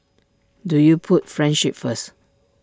do you put friendship first